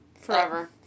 Forever